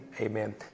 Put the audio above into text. amen